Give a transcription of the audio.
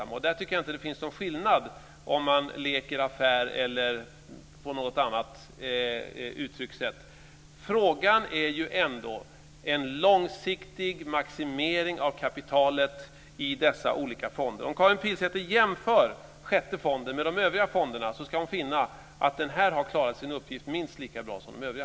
I det avseendet tycker jag inte att det finns någon skillnad om man leker affär eller uttrycker det på något annat sätt. Det handlar ändå om en långsiktig maximering av kapitalet i dessa olika fonder. Om Karin Pilsäter jämför den sjätte fonden med de övriga fonderna ska hon finna att den har klarat sin uppgift minst lika bra som de övriga.